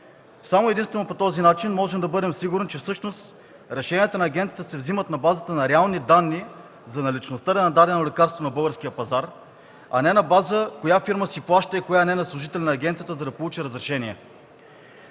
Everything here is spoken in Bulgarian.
Само и единствено по този начин можем да бъдем сигурни, че всъщност решенията на агенцията се вземат на базата на реални данни за наличността на дадено лекарство на българския пазар, а не на база коя фирма си плаща и коя не на служители на агенцията, за да получи разрешение.